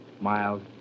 Mild